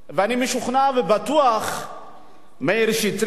ואני משוכנע ובטוח שמאיר שטרית,